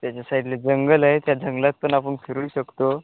त्याच्या साइडला जंगल आहे त्या जंगलात पण आपण फिरू शकतो